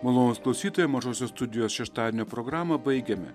malonūs klausytojai mažosios studijos šeštadienio programą baigėme